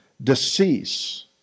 Decease